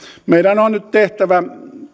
meidän on nyt tehtävä